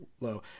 low